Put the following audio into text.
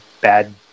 bad